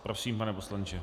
Prosím, pane poslanče.